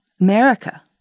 America